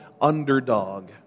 Underdog